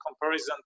comparison